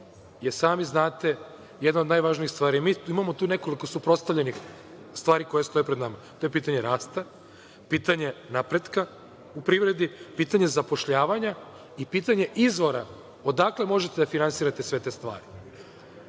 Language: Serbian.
je, sami znate, jedna od najvažnijih stvari. Mi imamo tu nekoliko suprotstavljenih stvari koje stoje pred nama, to je pitanje rasta, to je pitanje napretka u privredi, pitanje zapošljavanja i pitanje izvora odakle možete da finansirate sve te stvari. Mi